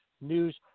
News